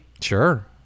Sure